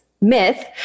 myth